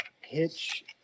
hitch